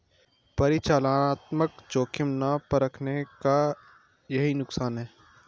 परिचालनात्मक जोखिम ना परखने का यही नुकसान है